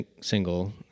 single